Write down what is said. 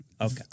Okay